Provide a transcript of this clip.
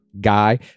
guy